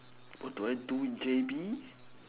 what do I do in J_B